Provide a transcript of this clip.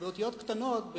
באותיות קטנות,